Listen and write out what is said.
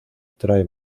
trae